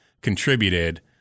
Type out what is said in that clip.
contributed